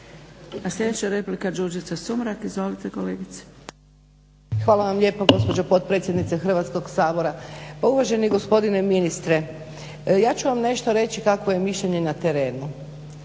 A sljedeća replika Đurđica Sumrak. Izvolite kolegice. **Sumrak, Đurđica (HDZ)** Hvala vam lijepa gospođo potpredsjednica Hrvatskog sabora. Uvaženi gospodine ministre, ja ću vam nešto reći kakvo je mišljenje na terenu.